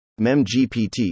MemGPT